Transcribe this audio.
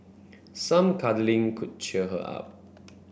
some cuddling could cheer her up